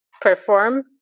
perform